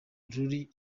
ruri